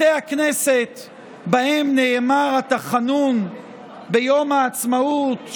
בתי הכנסת שבהם נאמר התחנון ביום העצמאות,